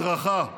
ההדרכה,